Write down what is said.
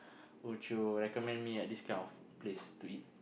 would you recommend me at this kind of place to eat